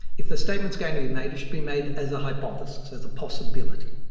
if the statement is going to be made it should be made as a hypothesis, as a possibility.